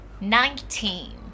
Nineteen